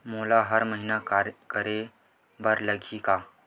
मोला हर महीना करे बर लगही का?